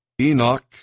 Enoch